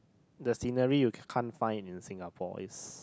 the scenery you can't find in Singapore is